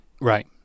Right